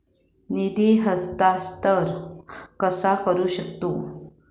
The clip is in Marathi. निधी हस्तांतर कसा करू शकतू?